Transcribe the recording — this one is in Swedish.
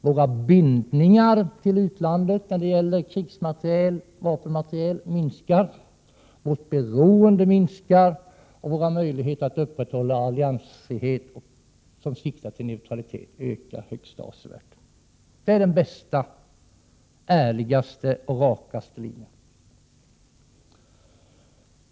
Våra bindningar till utlandet när det gäller vapen och annan krigsmateriel minskar, vårt beroende minskar, och våra möjligheter att upprätthålla alliansfriheten som siktar till neutralitet ökar högst avsevärt. Det är den bästa, ärligaste och rakaste linjen.